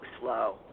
slow